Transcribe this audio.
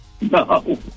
No